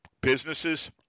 businesses